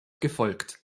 gefolgt